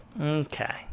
Okay